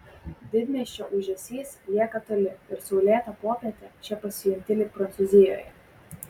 didmiesčio ūžesys lieka toli ir saulėtą popietę čia pasijunti lyg prancūzijoje